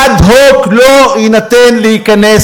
אד-הוק לא יינתן להיכנס,